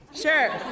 Sure